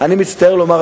אני מצטער לומר,